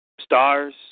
stars